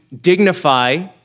dignify